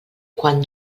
quan